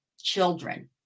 children